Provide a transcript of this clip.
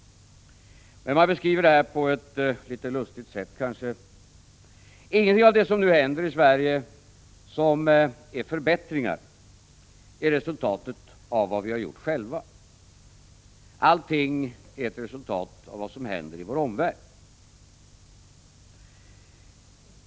Men man beskriver det på ett litet lustigt sätt: Ingenting av det som nu händer i Sverige och som innebär förbättringar är resultatet av vad vi har gjort själva — allting är ett resultat av vad som händer i vår omvärld.